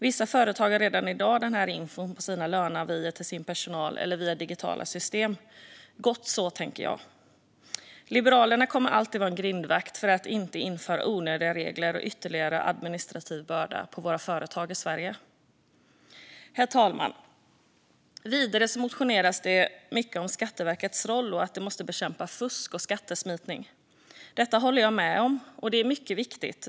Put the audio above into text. Vissa företag ger redan i dag den infon till sin personal på löneavierna eller via digitala system. Gott så, tänker jag. Liberalerna kommer alltid att vara grindvakt för att inte införa onödiga regler och ytterligare administrativ börda för våra företag i Sverige. Herr talman! Vidare motioneras det mycket om Skatteverkets roll och att de måste bekämpa fusk och skattesmitning. Jag håller med om att det är mycket viktigt.